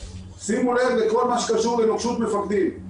שימו לב לכל מה שקשור לנוקשות מפקדים.